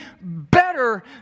better